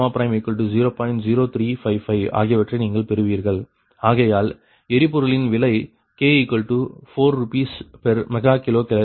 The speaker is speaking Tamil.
0355 ஆகியவற்றை நீங்கள் பெறுவீர்கள் ஆகையால் எரிபொருளின் விலை k4 RsMkCal